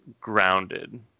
grounded